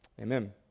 Amen